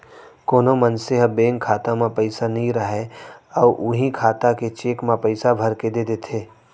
कोनो मनसे ह बेंक खाता म पइसा नइ राहय अउ उहीं खाता के चेक म पइसा भरके दे देथे